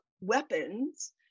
weapons